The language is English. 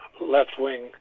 left-wing